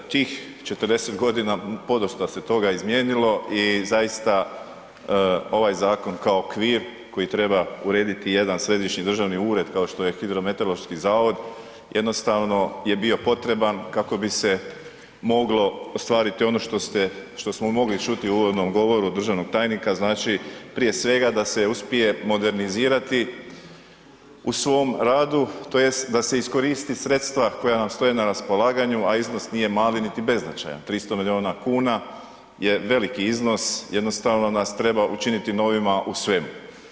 Tih 40 godina podosta se toga izmijenilo i zaista ovaj zakon kao okvir koji treba urediti jedan središnji državni ured, kao što je hidrometeorološki zavod, jednostavno je bio potreban kako bi se moglo ostvariti ono što ste, što smo mogli čuti u uvodnom govoru državnog tajnika, znači, prije svega da se uspije modernizirati u svom radu tj. da se iskoristi sredstva koja vam stoje na raspolaganju, a iznos nije mali niti beznačajan, 300 milijuna kuna je veliki iznos, jednostavno nas treba učiniti novima u svemu.